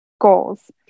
goals